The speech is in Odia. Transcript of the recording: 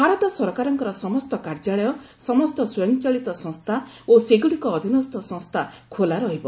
ଭାରତ ସରକାରଙ୍କର ସମସ୍ତ କାର୍ଯ୍ୟାଳୟ ସମସ୍ତ ସ୍ୱୟଂଚାଳିତ ସଂସ୍ଥା ଓ ସେଗୁଡ଼ିକ ଅଧୀନସ୍ଥ ସଂସ୍ଥା ଖୋଲା ରହିବ